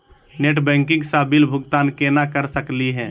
Net banking स bill भुगतान केना कर सकली हे?